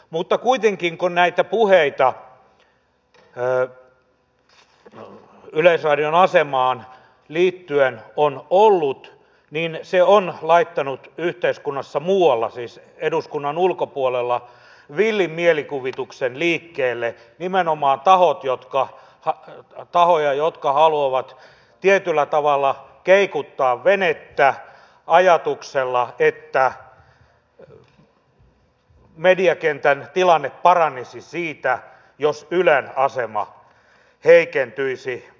mutta kuitenkin kun näitä puheita yleisradion asemaan liittyen on ollut niin se on laittanut yhteiskunnassa muualla siis eduskunnan ulkopuolella villin mielikuvituksen liikkeelle nimenomaan tahoilla jotka haluavat tietyllä tavalla keikuttaa venettä ajatuksella että mediakentän tilanne paranisi siitä jos ylen asema heikentyisi